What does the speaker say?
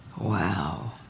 Wow